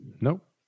Nope